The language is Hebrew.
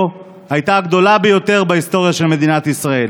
הייתה הגדולה ביותר בהיסטוריה של מדינת ישראל,